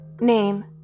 Name